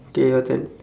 okay your turn